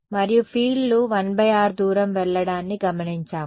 మరియు ఫీల్డ్ లు 1r దూరం వెళ్లడాన్ని గమనించాము